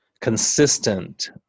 consistent